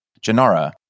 Janara